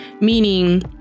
Meaning